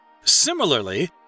Similarly